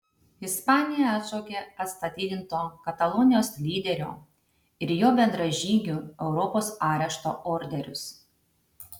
ispanija atšaukė atstatydinto katalonijos lyderio ir jo bendražygių europos arešto orderius